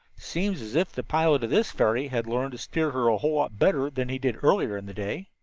seems as if the pilot of this ferry had learned to steer her a whole lot better than he did earlier in the day.